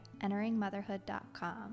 enteringmotherhood.com